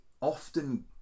often